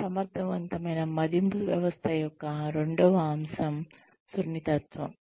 సమర్థవంతమైన మదింపు వ్యవస్థ యొక్క రెండవ అంశం సున్నితత్వం